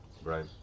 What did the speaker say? Right